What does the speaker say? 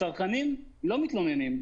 הצרכנים לא מתלוננים.